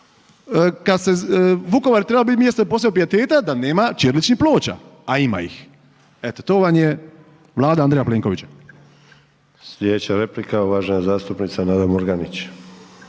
Vukovar trebao biti mjesto posebnog pijeteta, da nema ćiriličnih ploča, a ima ih. Eto, to vam je Vlada Andreja Plenkovića. **Sanader, Ante (HDZ)** Sljedeća replika uvažena zastupnica Nada Murganić.